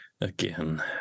again